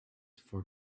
for